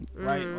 right